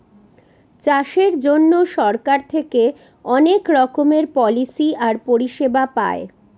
চাষের জন্য সরকার থেকে অনেক রকমের পলিসি আর পরিষেবা পায়